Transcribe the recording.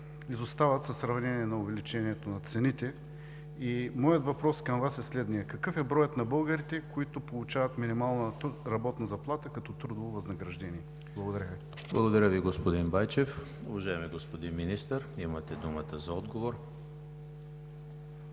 изостават в сравнение с увеличението на цените. Моят въпрос към Вас е следният: какъв е броят на българите, които получават минималната работна заплата като трудово възнаграждение? Благодаря Ви. ПРЕДСЕДАТЕЛ ЕМИЛ ХРИСТОВ: Благодаря Ви, господин Байчев. Уважаеми господин Министър, имате думата за отговор.